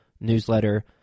newsletter